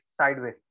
Sideways